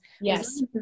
Yes